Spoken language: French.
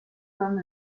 comme